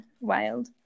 wild